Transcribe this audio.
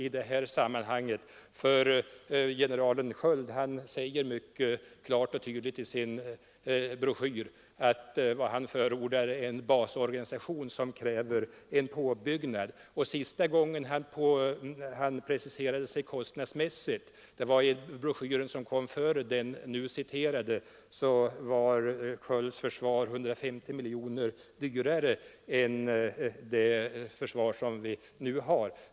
General Sköld säger i sin broschyr klart och tydligt att vad han förordar är en basorganisation som kräver en påbyggnad. Sista gången han preciserade sig kostnadsmässigt — det var i den broschyr som kom före den nu citerade — var hans försvar 150 miljoner kronor dyrare än det försvar som vi nu har.